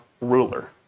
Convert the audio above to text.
ruler